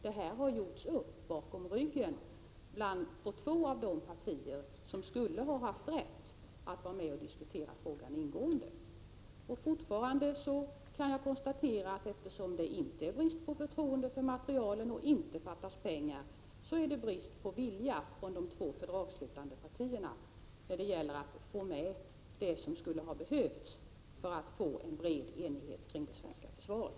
Detta har gjorts upp bakom ryggen på två av de partier som skulle ha haft rätt att diskutera frågan ingående. Fortfarande kan jag konstatera att eftersom det inte är fråga om brist på förtroende för materielen och inte fattas pengar, så är det brist på vilja hos de två fördragsslutande partierna när det gäller att få med det som skulle ha behövts för att nå en bred enighet kring det svenska försvaret.